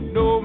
no